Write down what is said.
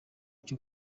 cyo